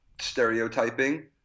stereotyping